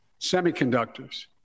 semiconductors